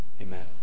Amen